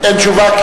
אין תשובה.